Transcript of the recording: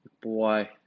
Boy